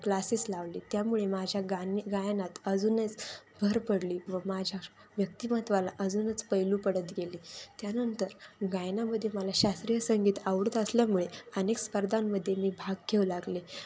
classes लावले त्यामुळे माझ्या गानी गायनात अजूनच भर पडली व माझ्या व्यक्तिमत्वाला अजूनच पैलू पडत गेले त्यानंतर गायनामध्येे मला शास्त्रीय संगीत आवडत असल्यामुळे अनेक स्पर्धांमध्ये मी भाग घेऊ लागले